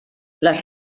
les